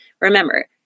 Remember